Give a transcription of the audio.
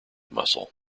muscle